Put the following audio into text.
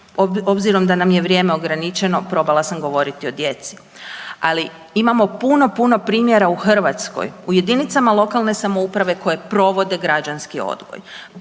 Obzirom da nam je vrijeme ograničeno, probala sam govoriti o djeci, ali imao puno, puno primjera u Hrvatskoj, u jedinicama lokalne samouprave koje provode građanski odgoj,